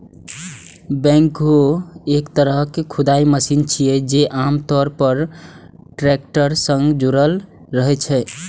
backhoe एक तरहक खुदाइ मशीन छियै, जे आम तौर पर टैक्टर सं जुड़ल रहै छै